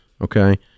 okay